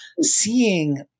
seeing